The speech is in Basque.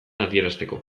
adierazteko